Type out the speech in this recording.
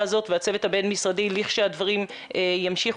הזאת והצוות הבין משרדי לכשהדברים ימשיכו,